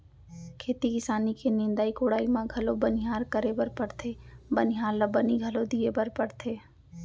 खेती किसानी के निंदाई कोड़ाई म घलौ बनिहार करे बर परथे बनिहार ल बनी घलौ दिये बर परथे